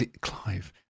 Clive